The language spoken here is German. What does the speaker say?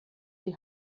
die